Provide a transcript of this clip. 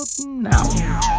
now